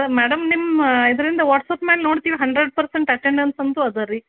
madam ನಿಮ್ಮ ಇದರಿಂದ WhatsApp ಮ್ಯಾಲೆ ನೋಡ್ತಿವಿ ಹಂಡ್ರೆಡ್ ಪರ್ಸೆಂಟ್ ಅಟೆಂಡೆನ್ಸ್ ಅಂತು ಅದ ರೀ